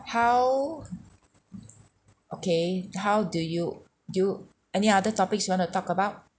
how okay how do you do you any other topics you want to talk about